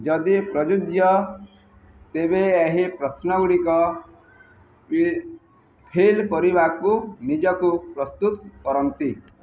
ଯଦି ପ୍ରଯୁଜ୍ୟ ତେବେ ଏହି ପ୍ରଶ୍ନଗୁଡ଼ିକ ପି ଫିଲ୍ କରିବାକୁ ନିଜକୁ ପ୍ରସ୍ତୁତ କରନ୍ତୁ